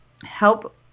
help